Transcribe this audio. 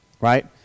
right